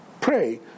pray